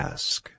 Ask